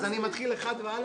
אז אני ממס' 1 והלאה?